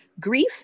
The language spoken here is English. grief